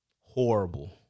Horrible